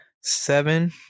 Seven